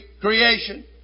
creation